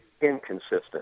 inconsistent